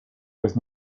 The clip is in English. was